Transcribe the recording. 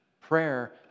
Prayer